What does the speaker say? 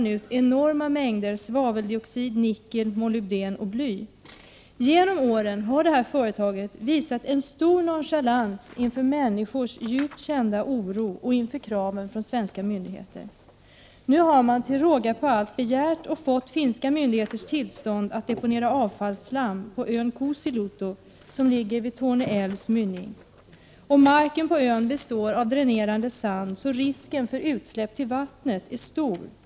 Förutom krom släpper företaget ut enorma mängder svål Genom åren har företaget visat stor nonchalans inför människors djupa oro och inför kraven från svenska myndigheter. Nu har företaget till råga på allt begärt och fått finska myndigheters tillstånd att deponera avfallsslam på ön Kuusiluoto, som ligger vid Torneälvens mynning. Marken på ön består av dränerande sand, så risken för utsläpp till vattnet är stor.